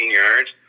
yards